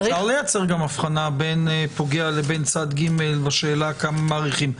אפשר לייצר גם הבחנה בין פוגע לבין צד ג' בשאלה כמה מאריכים.